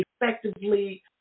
effectively